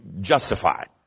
justified